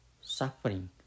suffering